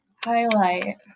highlight